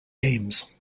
games